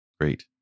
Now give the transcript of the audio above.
Great